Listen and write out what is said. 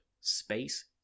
space